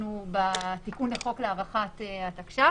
העברנו בתיקון לחוק להארכת התקש"ח,